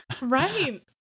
Right